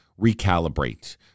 recalibrate